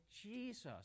Jesus